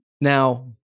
Now